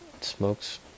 smokes